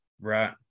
Right